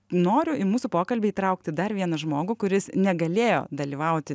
noriu į mūsų pokalbį įtraukti dar vieną žmogų kuris negalėjo dalyvauti